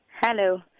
Hello